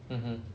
mmhmm